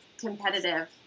competitive